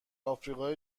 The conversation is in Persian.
آفریقای